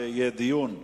דיון בוועדה,